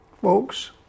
folks